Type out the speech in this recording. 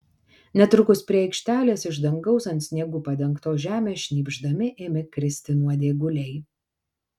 netrukus prie aikštelės iš dangaus ant sniegu padengtos žemės šnypšdami ėmė kristi nuodėguliai